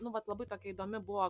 nu vat labai tokia įdomi buvo